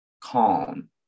calm